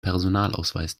personalausweis